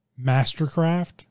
mastercraft